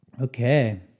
Okay